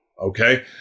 okay